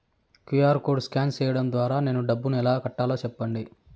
QR code scan సేయడం ద్వారా నేను డబ్బును ఎలా కట్టాలో సెప్పండి?